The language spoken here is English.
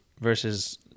versus